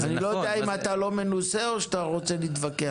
אני לא יודע אם אתה לא מנוסה או שאתה רוצה להתווכח.